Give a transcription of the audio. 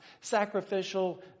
sacrificial